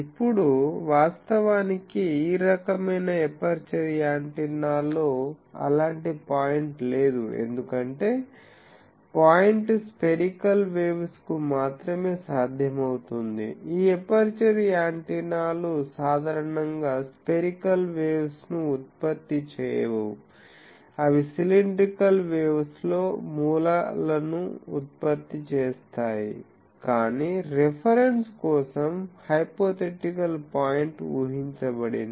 ఇప్పుడు వాస్తవానికి ఈ రకమైన ఎపర్చరు యాంటెన్నాల్లో అలాంటి పాయింట్ లేదు ఎందుకంటే పాయింట్ స్పెరికల్ వేవ్స్ కు మాత్రమే సాధ్యమవుతుంది ఈ ఎపర్చరు యాంటెనాలు సాధారణంగా స్పెరికల్ వేవ్స్ ను ఉత్పత్తి చేయవు అవి సీలిండ్రికల్ వేవ్స్ లో మూలాలను ఉత్పత్తి చేస్తాయి కాని రిఫరెన్స్ కోసం హైపోథెటికల్ పాయింట్ ఊహించబడింది